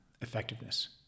effectiveness